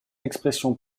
expressions